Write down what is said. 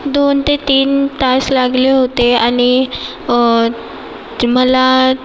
दोन ते तीन तास लागले होते आणि मला